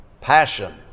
Passion